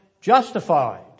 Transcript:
justified